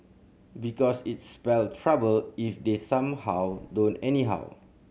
because it's spell trouble if they somehow don't anyhow